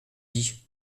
dit